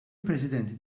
president